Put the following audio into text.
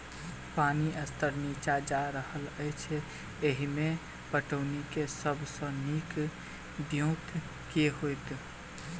पानि स्तर नीचा जा रहल अछि, एहिमे पटौनीक सब सऽ नीक ब्योंत केँ होइत?